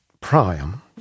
Priam